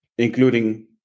including